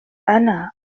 أنا